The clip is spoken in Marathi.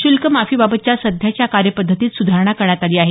शूल्क माफी माफीबाबतच्या सध्याच्या कार्य पद्धतीत सुधारणा करण्यात आली आहे